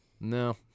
No